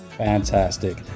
Fantastic